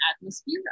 atmosphere